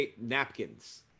napkins